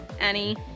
Annie